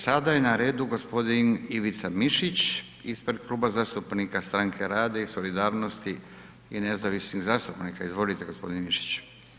Sada je na redu g. Ivica Mišić ispred Kluba zastupnika stranke rada i solidarnosti i nezavisnih zastupnika, izvolite g. Mišić.